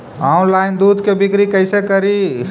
Online दुध के बिक्री कैसे करि?